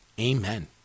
Amen